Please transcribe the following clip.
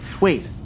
Wait